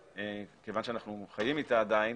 כיוון שאנחנו חיים איתה עדיין,